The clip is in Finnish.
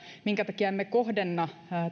minkä takia me emme kohdenna